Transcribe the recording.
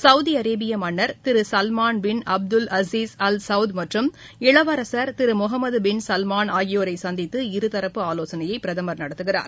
சவுதிஅரேபியமன்னர் திருசல்மான் bin Abdul Aziz Al Saud மற்றும் இளவரசர் திருமுகமதுபின் சல்மான் ஆகியோரைசந்தித்து இருதரப்பு ஆலோசனைநடத்துகிறார்